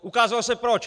Ukázalo se proč!